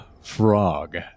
frog